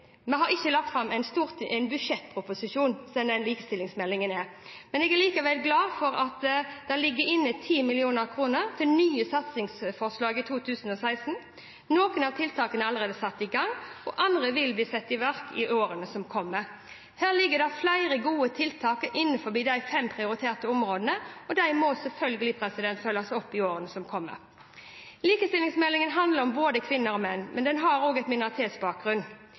ikke en budsjettproposisjon. Jeg er likevel glad for at det ligger inne 10 mill. kr til nye satsingsforslag for 2016. Noen av tiltakene er allerede satt i gang, og andre vil bli satt i verk i årene som kommer. Her ligger det flere gode tiltak innenfor de fem prioriterte områdene, og de må selvfølgelig følges opp i årene som kommer. Likestillingsmeldingen handler om både kvinner og menn, også om dem som har minoritetsbakgrunn. Det å ha mulighet til å ta utdanning og